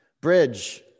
bridge